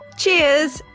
cheers.